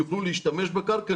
יוכלו להשתמש בקרקע,